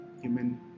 human